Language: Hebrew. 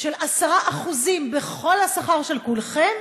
של 10% בכל השכר של כולכם,